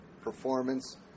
performance